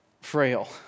frail